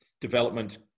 development